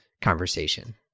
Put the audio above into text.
conversation